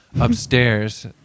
upstairs